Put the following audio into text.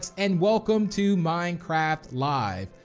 and welcome to minecraft live.